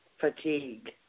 fatigue